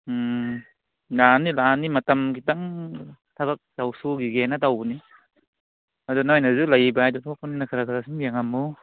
ꯎꯝ ꯂꯥꯛꯑꯅꯤ ꯂꯥꯛꯑꯅꯤ ꯃꯇꯝ ꯈꯤꯇꯪ ꯊꯕꯛ ꯁꯨꯈꯤꯒꯦ ꯇꯧꯕꯅꯤ ꯑꯗꯣ ꯅꯣꯏꯅꯁꯨ ꯂꯩꯕ ꯍꯥꯏꯗꯨ ꯊꯣꯛꯄꯅꯤꯅ ꯈꯔ ꯈꯔ ꯁꯨꯝ ꯌꯦꯡꯉꯝꯃꯨ